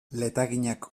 letaginak